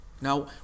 now